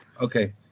Okay